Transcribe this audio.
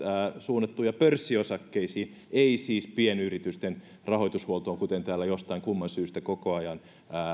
suunnattu pörssiosakkeisiin ei siis pienyritysten rahoitushuoltoon kuten täällä jostain kumman syystä koko ajan